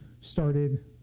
started